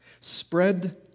Spread